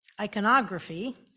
iconography